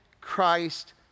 Christ